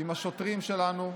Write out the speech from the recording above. עם השוטרים שלנו,